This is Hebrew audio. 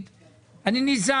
אני נושא פה בתפקיד.